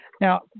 Now